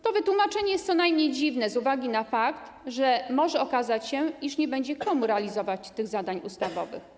To wytłumaczenie jest co najmniej dziwne z uwagi na fakt, że może okazać się, iż nie będzie miał kto realizować tych zadań ustawowych.